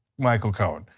michael cohen.